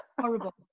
Horrible